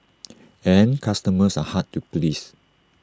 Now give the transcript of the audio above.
and customers are hard to please